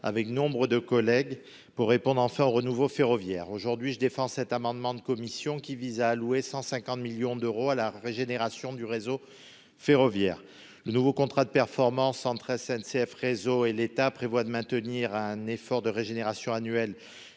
à créer le débat et à répondre enfin au renouveau ferroviaire. Aujourd'hui, je défends cet amendement de la commission, qui vise à allouer 150 millions d'euros à la régénération du réseau ferroviaire. Le nouveau contrat de performance entre SNCF Réseau et l'État prévoit de maintenir un effort de régénération annuel